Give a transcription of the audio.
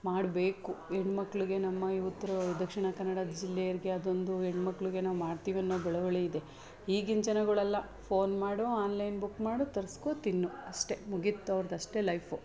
ಮಾಡಬೇಕು ಹೆಣ್ಮಕ್ಳಿಗೆ ನಮ್ಮ ಇವತ್ರ ದಕ್ಷಿಣ ಕನ್ನಡ ಜಿಲ್ಲೆಯೋರ್ಗೆ ಅದೊಂದು ಹೆಣ್ಮಕ್ಳಿಗೆ ನಾವು ಮಾಡ್ತೀವಿ ಅನ್ನೋ ಬಳುವಳಿ ಇದೆ ಈಗಿನ ಜನಗಳೆಲ್ಲ ಫೋನ್ ಮಾಡು ಆನ್ಲೈನ್ ಬುಕ್ ಮಾಡು ತರಿಸ್ಕೋ ತಿನ್ನು ಅಷ್ಟೆ ಮುಗೀತು ಅವ್ರ್ದು ಅಷ್ಟೇ ಲೈಫು